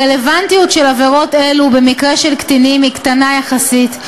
הרלוונטיות של עבירות אלו במקרה של קטינים היא קטנה יחסית,